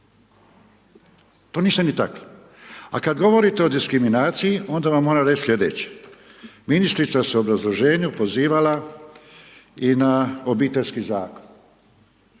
To niste ni takli. A kad govorite o diskriminaciji, onda vam moram reći sljedeće, ministrica se obrazloženjem pozivala i na Obiteljski zakon,